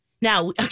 Now